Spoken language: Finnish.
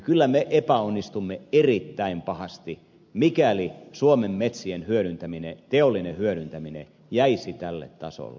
kyllä me epäonnistumme erittäin pahasti mikäli suomen metsien teollinen hyödyntäminen jäisi tälle tasolle